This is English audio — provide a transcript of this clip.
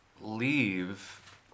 leave